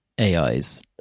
ais